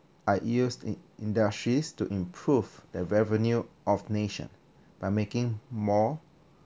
are used in industries to improve the revenue of nation by making more